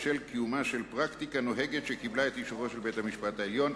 בשל קיומה של פרקטיקה נוהגת שקיבלה את אישורו של בית-המשפט העליון,